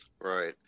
right